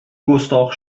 گستاخ